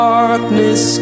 Darkness